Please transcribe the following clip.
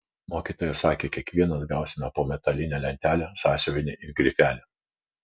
mokytoja sakė kiekvienas gausime po metalinę lentelę sąsiuvinį ir grifelį